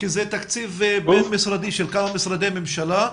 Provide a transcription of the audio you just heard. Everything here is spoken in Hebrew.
זה תקציב בין-משרדי של כמה משרדי ממשלה,